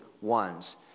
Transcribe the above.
ones